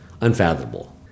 unfathomable